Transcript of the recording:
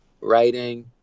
writing